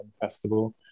festival